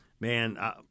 man